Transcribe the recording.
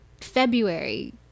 February